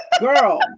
girl